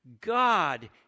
God